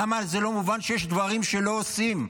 למה לא מובן שיש דברים שלא עושים?